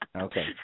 Okay